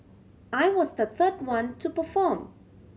I was the third one to perform